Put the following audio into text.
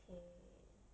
okay